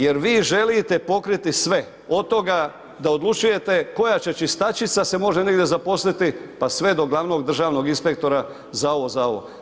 Jer vi želite pokriti sve od toga da odlučujete koja će čistačica se može negdje zaposliti, pa sve do glavnog državnog inspektora za ovo, za ono.